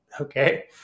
Okay